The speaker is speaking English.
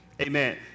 Amen